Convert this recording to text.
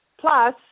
plus